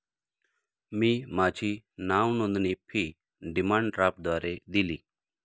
मी माझी नावनोंदणी fee demand ड्राफ्टद्वारे दिली